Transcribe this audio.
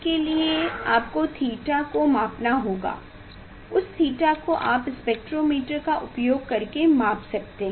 उसके लिए आपको थीटा को मापना होगा उस थीटा को आप स्पेक्ट्रोमीटर का उपयोग करके माप सकते हैं